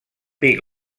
pic